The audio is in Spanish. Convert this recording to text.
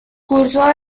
cursó